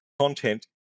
content